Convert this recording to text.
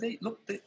look